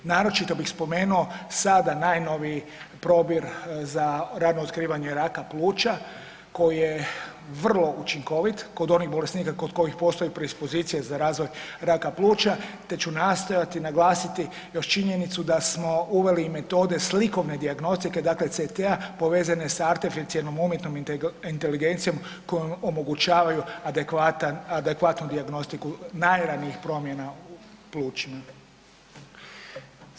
Naročito bih spomenuo sada najnoviji probir za rano otkrivanje raka pluća koji je vrlo učinkovit kod onih bolesnika kod kojih postoji predispozicija za razvoj raka pluća, te ću nastojati naglasiti još činjenicu da smo uveli i metode slikovne dijagnostike, dakle CT-a povezane sa artificijelnom umjetnom inteligencijom kojom omogućavaju adekvatan, adekvatnu dijagnostiku najranijih promjena u plućima.